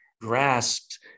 grasped